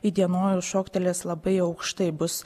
įdienojus šoktelės labai aukštai bus